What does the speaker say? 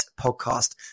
podcast